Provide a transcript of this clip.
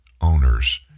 owners